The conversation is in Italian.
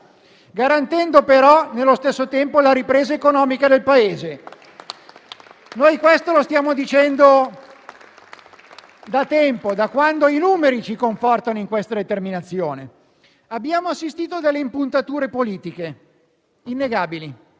garantendo però, nello stesso tempo, la ripresa economica del Paese. Lo stiamo dicendo da tempo, da quando i numeri ci confortano in questa determinazione. Abbiamo assistito a impuntature politiche innegabili